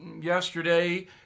yesterday